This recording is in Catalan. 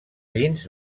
dins